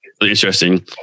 Interesting